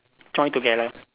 join together